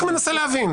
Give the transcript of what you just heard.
אני רק מנסה להבין.